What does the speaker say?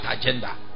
agenda